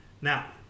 now